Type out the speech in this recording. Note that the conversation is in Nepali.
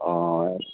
अँ